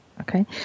Okay